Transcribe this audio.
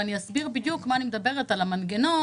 ואני אסביר בדיוק מה אני מדברת על המנגנון